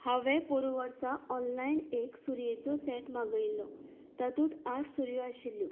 हांवें पोरूं वर्सा ऑनलायन एक सुरयेचो सेट मागयल्लो तातूंत आठ सुरयो आशिल्ल्यो